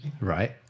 right